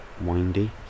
windy